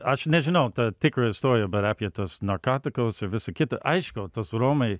aš nežinau ta tikra istorija bet apie tuos narkatikus ir visa kita aišku tas romai